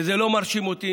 וזה לא מרשים אותי,